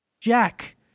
Jack